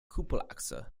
kuppelachse